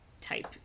type